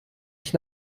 ich